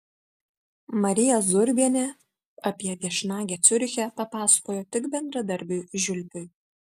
marija zurbienė apie viešnagę ciuriche papasakojo tik bendradarbiui žiulpiui